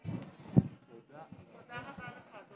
תודה רבה.